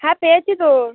হ্যাঁ পেয়েছি তোর